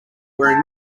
wearing